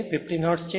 50 hertz છે